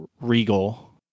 regal